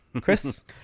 Chris